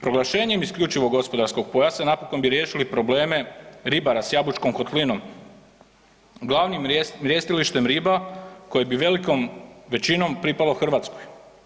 Proglašenjem isključivog gospodarskog pojasa napokon bi riješili probleme ribara s Jabučkom kotlinom, glavnim mrjestilištem riba koje bi velikom većinom pripalo Hrvatskoj.